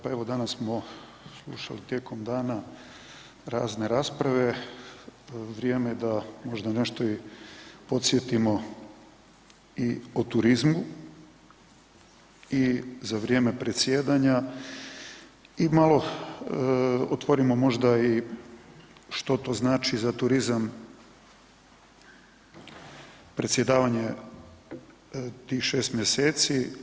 Pa evo danas smo slušali tijekom dana razne rasprave, vrijeme je da možda nešto i podsjetimo i o turizmu i za vrijeme predsjedanja i malo otvorimo možda i što to znači za turizam predsjedavanje tih 6 mjeseci.